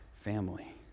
family